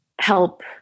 help